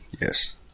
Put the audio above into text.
yes